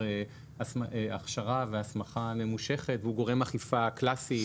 הכשרה והסמכה ממושכת והוא גורם אכיפה קלאסי,